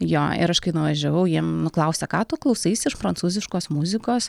jo ir aš kai nuvažiavau jie nu klausia ką tu klausaisi iš prancūziškos muzikos